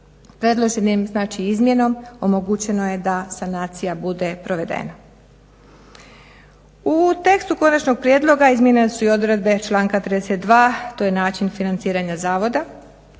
Predloženom znači izmjenom omogućeno je da sanacija bude provedena. U tekstu konačnog prijedloga izmijenjene su i odredbe članka 32., to je način financiranja zavoda